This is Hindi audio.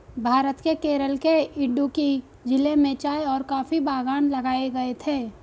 भारत के केरल के इडुक्की जिले में चाय और कॉफी बागान लगाए गए थे